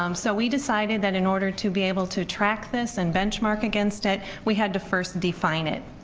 um so we decided that in order to be able to track this and benchmark against it, we had to first define it.